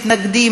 מתנגדים,